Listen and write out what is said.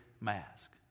mask